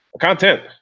Content